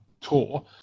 tour